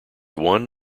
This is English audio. won